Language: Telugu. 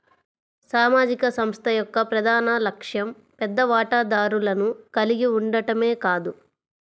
సామాజిక సంస్థ యొక్క ప్రధాన లక్ష్యం పెద్ద వాటాదారులను కలిగి ఉండటమే కాదు